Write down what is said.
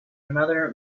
another